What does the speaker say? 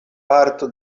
parto